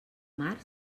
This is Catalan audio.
mar